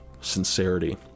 sincerity